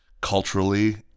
culturally